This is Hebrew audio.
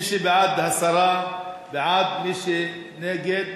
מי שבעד הסרה, בעד, מי שנגד,